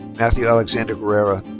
matthew alexander guerra.